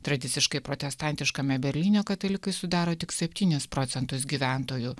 tradiciškai protestantiškame berlyne katalikai sudaro tik septynis procentus gyventojų